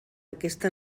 aquesta